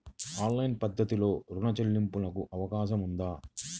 Online పద్ధతిలో రుణ చెల్లింపునకు అవకాశం ఉందా?